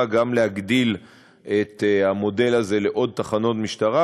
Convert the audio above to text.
גם להגדיל את המודל הזה לעוד תחנות משטרה,